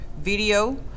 video